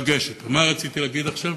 לגשת, מה רציתי להגיד עכשיו?